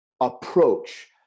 approach